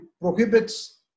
prohibits